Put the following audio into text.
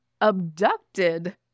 abducted